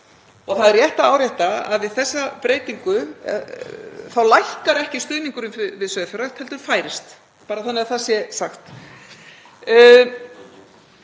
Það er rétt að árétta að við þessa breytingu lækkar ekki stuðningurinn við sauðfjárrækt heldur færist, bara þannig að það sé sagt.